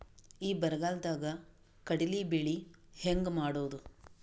ಈ ಬರಗಾಲದಾಗ ಕಡಲಿ ಬೆಳಿ ಹೆಂಗ ಮಾಡೊದು?